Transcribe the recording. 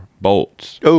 bolts